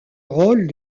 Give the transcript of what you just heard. rôle